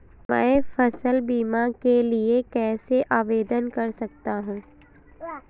मैं फसल बीमा के लिए कैसे आवेदन कर सकता हूँ?